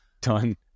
done